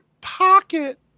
pocket